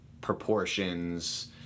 proportions